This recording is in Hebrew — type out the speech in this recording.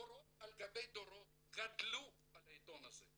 דורות על גבי דורות גדלו על העיתון הזה,